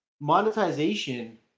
monetization